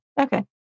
Okay